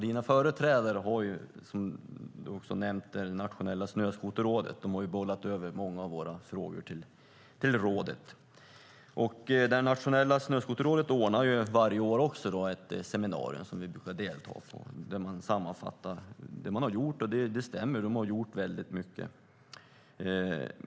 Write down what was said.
Dina företrädare har bollat över många av våra frågor till Nationella Snöskoterrådet, som du också nämnde. Rådet anordnar varje år ett seminarium som vi brukar delta i. Där sammanfattar de vad de har gjort, och det stämmer att de har gjort mycket.